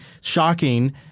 Shocking